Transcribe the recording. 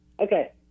Okay